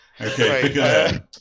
Okay